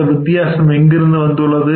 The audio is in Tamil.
இந்த வித்தியாசம் எங்கிருந்து வந்துள்ளது